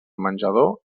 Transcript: menjador